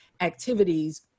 activities